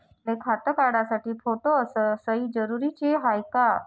मले खातं काढासाठी फोटो अस सयी जरुरीची हाय का?